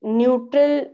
neutral